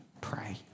pray